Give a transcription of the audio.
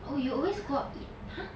oh you always go out eat !huh!